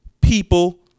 people